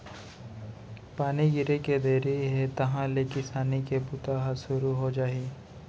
पानी गिरे के देरी हे तहॉं ले किसानी के बूता ह सुरू हो जाही